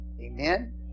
amen